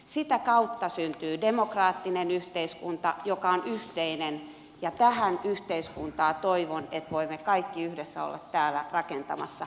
sitä kautta syntyy demokraattinen yhteiskunta joka on yhteinen ja toivon että tätä yhteiskuntaa voimme kaikki yhdessä olla täällä rakentamassa